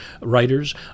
writers